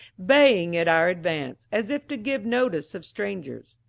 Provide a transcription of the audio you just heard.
baying at our advance, as if to give notice of strangers.